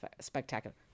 spectacular